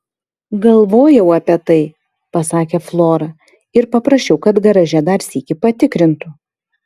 galvojau apie tai pasakė flora ir paprašiau kad garaže dar sykį patikrintų